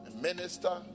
Minister